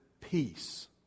peace